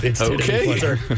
Okay